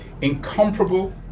incomparable